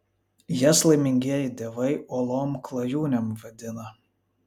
jas laimingieji dievai uolom klajūnėm vadina